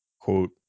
quote